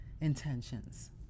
intentions